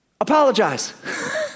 Apologize